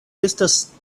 estas